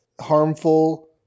harmful